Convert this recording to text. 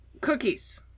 cookies